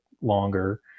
longer